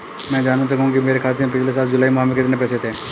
मैं जानना चाहूंगा कि मेरे खाते में पिछले साल जुलाई माह में कितने पैसे थे?